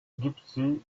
gypsy